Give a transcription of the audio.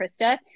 Krista